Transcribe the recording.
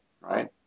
right